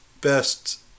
best